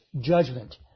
judgment